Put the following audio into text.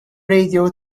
radio